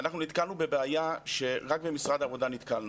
אנחנו נתקלנו בבעיה שרק במשרד העבודה נתקלנו.